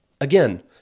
Again